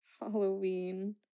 Halloween